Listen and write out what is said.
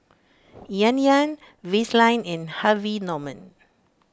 Yan Yan Vaseline and Harvey Norman